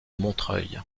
montreuil